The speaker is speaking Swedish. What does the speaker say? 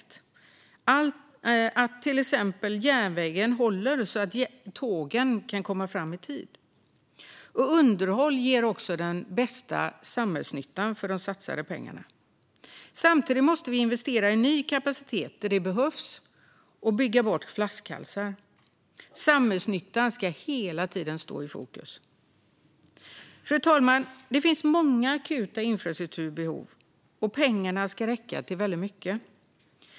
Det handlar till exempel om att se till att järnvägen håller, så att tågen kan komma fram i tid. Underhåll ger också den bästa samhällsnyttan för de satsade pengarna. Samtidigt måste vi investera i ny kapacitet där det behövs och bygga bort flaskhalsar. Samhällsnyttan ska hela tiden stå i fokus. Fru talman! Det finns många akuta infrastrukturbehov, och pengarna ska räcka till mycket.